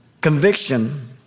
Conviction